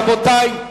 רבותי,